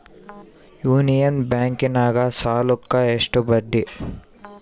Union ಬ್ಯಾಂಕಿನಾಗ ಸಾಲುಕ್ಕ ಎಷ್ಟು ಬಡ್ಡಿ?